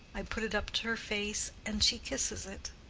i put it up to her face and she kisses it.